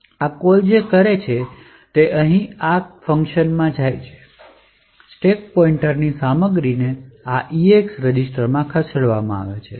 આ કોલ જે કરે છે તે અહીં આ કાર્યમાં જાય છે સ્ટેક પોઇન્ટર ની સામગ્રીને આ ECX રજિસ્ટરમાં ખસેડો